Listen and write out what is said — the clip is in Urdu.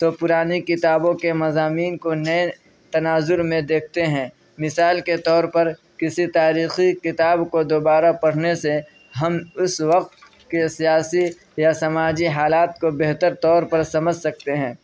تو پرانی کتابوں کے مضامین کو نئے تناظر میں دیکھتے ہیں مثال کے طور پر کسی تاریخی کتاب کو دوبارہ پڑھنے سے ہم اس وقت کے سیاسی یا سماجی حالات کو بہتر طور پر سمجھ سکتے ہیں